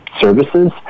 services